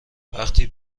وقتی